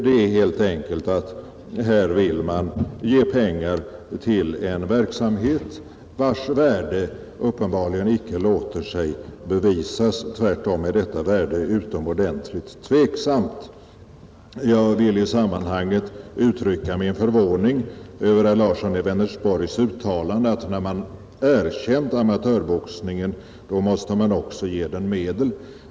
Det gäller helt enkelt att man här vill ge pengar till en verksamhet, vars värde uppenbarligen inte låter sig bevisas. Tvärtom är detta värde utomordentligt tveksamt. Jag vill i sammanhanget uttrycka min förvåning över herr Larssons i Vänersborg uttalande att när man erkänt amatörboxningen, då måste man också ge den medel.